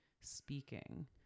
speaking